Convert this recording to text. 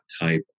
type